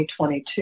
2022